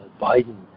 Biden